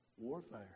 Warfare